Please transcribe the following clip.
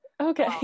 Okay